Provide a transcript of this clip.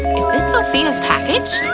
is this sophia's package?